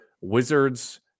Wizards